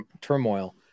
turmoil